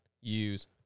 use